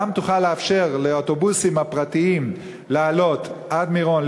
גם תוכל לאפשר לאוטובוסים הפרטיים לעלות עד מירון,